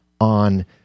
on